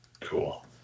Cool